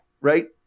right